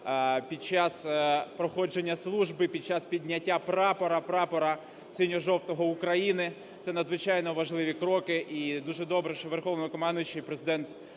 під час проходження служби, під час підняття прапора – прапора синьо-жовтого України, – це надзвичайно важливі кроки. І дуже добре, що Верховноголовнокомандувач Президент